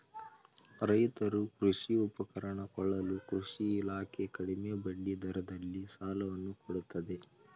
ರೈತರು ಕೃಷಿ ಉಪಕರಣ ಕೊಳ್ಳಲು ಕೃಷಿ ಇಲಾಖೆ ಕಡಿಮೆ ಬಡ್ಡಿ ದರದಲ್ಲಿ ಸಾಲವನ್ನು ಕೊಡುತ್ತದೆ